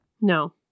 no